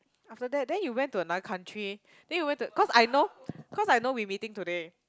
after that then you went to another country then you went to cause I know cause I know we meeting today